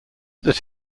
that